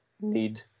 need